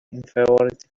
inferiority